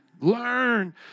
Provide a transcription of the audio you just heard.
Learn